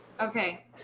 Okay